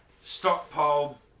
Stockpile